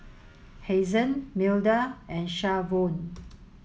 Hazen Milda and Shavonne